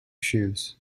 shoes